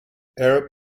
arab